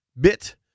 bit